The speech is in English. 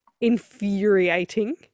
infuriating